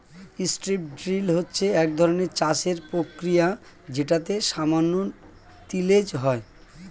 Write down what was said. strip drill হচ্ছে একধরনের চাষের প্রক্রিয়া যেটাতে সামান্য তিলেজ হয়